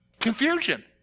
confusion